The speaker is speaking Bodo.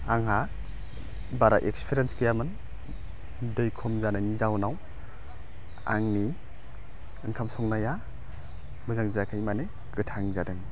आंहा बारा इस्कफिरेन्स गैयामोन दै खम जानायनि जाउनाव आंनि ओंखाम संनाया मोजां जायाखै माने गोथां जादों